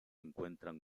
encuentran